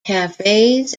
cafes